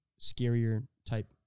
scarier-type